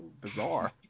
bizarre